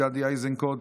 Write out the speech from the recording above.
גדי איזנקוט,